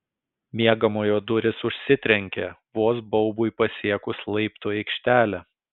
miegamojo durys užsitrenkė vos baubui pasiekus laiptų aikštelę